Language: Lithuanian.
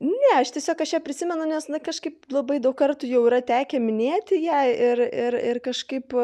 ne aš tiesiog aš ją prisimenu nes kažkaip labai daug kartų jau yra tekę minėti ją ir ir ir kažkaip